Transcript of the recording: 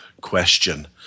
question